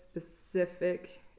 specific